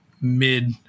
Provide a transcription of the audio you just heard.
mid